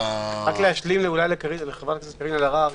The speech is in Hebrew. רק להשלים לחברת הכנסת קארין אלהרר.